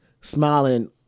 smiling